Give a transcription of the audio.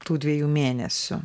tų dviejų mėnesių